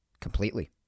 completely